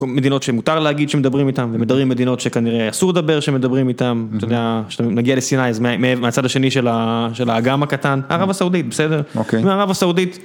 מדינות שמותר להגיד שמדברים איתן ומדברים מדינות שכנראה אסור לדבר שמדברים איתן, אתה יודע, כשאתה מגיע לסיני, אז מהצד השני של האגם הקטן, ערב הסעודית בסדר, ערב הסעודית.